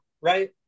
right